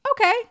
Okay